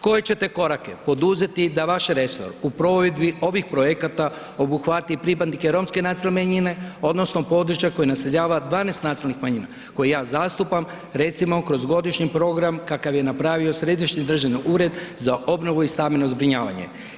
Koje ćete korake poduzeti da vaš resor u provedbi ovih projekata obuhvati pripadnike romske nacionalne manjine odnosno područja koje naseljava 12 nacionalnih manjina koje ja zastupam recimo kroz godišnji program kakav je napravo Središnji državni ured za obnovu i stambeno zbrinjavanje?